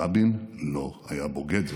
רבין לא היה בוגד.